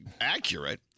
accurate